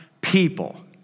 people